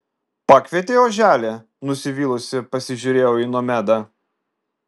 pakvietei oželį nusivylusi pasižiūrėjau į nomedą